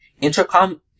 Intercom